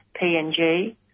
PNG